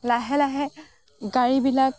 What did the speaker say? লাহে লাহে গাড়ীবিলাক